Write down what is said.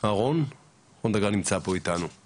רב פקד אהרון דגן נמצא פה איתנו.